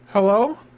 Hello